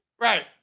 Right